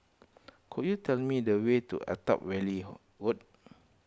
could you tell me the way to Attap Valley Road